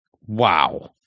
Wow